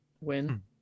win